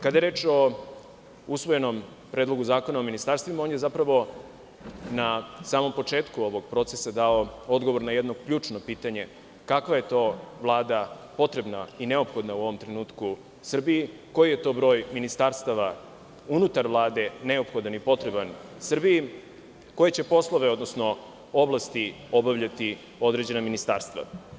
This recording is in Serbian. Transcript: Kada je reč o usvojenom Predlogu zakona o ministarstvima, on je zapravo na samom početku ovog procesa dao odgovor na jedno ključno pitanje – kakva je to vlada potrebna i neophodna u ovom trenutku Srbiji, koji je to broj ministarstava unutar Vlade neophodan i potreban Srbiji, koji će poslove, odnosno oblasti obavljati određena ministarstva.